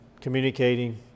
communicating